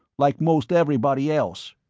like most everybody else.